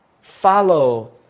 follow